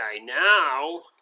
now